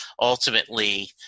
ultimately